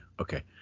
Okay